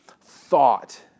thought